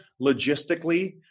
logistically